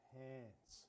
hands